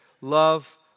love